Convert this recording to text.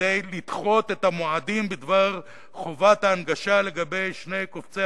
כדי לדחות את המועדים בדבר חובת ההנגשה לגבי שני קובצי